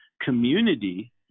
community